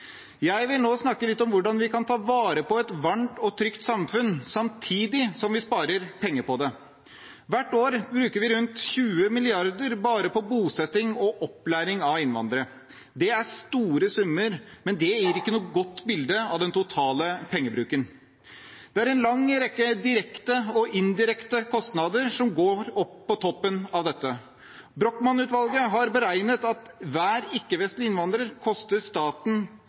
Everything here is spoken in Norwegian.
Jeg vil nå snakke litt om hvordan vi kan ta vare på et varmt og trygt samfunn samtidig som vi sparer penger på det. Hvert år bruker vi rundt 20 mrd. kr bare på bosetting og opplæring av innvandrere. Det er store summer, men det gir ikke noe godt bilde av den totale pengebruken. Det er en lang rekke direkte og indirekte kostnader som kommer på toppen av dette. Brochmann-utvalget har beregnet at hver ikke-vestlig innvandrer koster staten